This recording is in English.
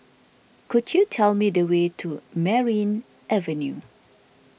could you tell me the way to Merryn Avenue